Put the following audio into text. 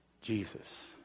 Jesus